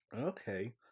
Okay